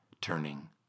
turning